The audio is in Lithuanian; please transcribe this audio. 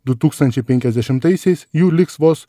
du tūkstančiai penkiasdešimtaisiais jų liks vos